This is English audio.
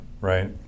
right